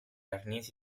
arnesi